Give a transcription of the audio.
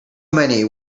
many